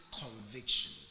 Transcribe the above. conviction